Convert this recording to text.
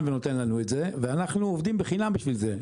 ונותן לנו את זה ואנחנו עובדים בחינם בשביל זה.